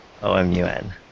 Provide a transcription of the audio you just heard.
OMUN